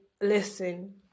listen